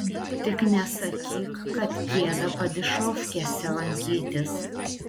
tik nesakyk kad gėda padyšofkėse lankytis